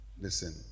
listen